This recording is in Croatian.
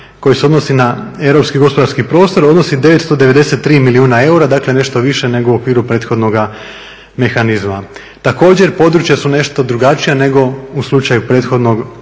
koji se odnosi na europski gospodarski prostor odnosi 993 milijuna eura, dakle nešto više nego u okviru prethodnoga mehanizma. Također područja su nešto drugačija nego u slučaju prethodno objašnjenog